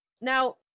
Now